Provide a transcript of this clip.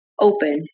open